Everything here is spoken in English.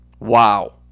Wow